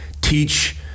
teach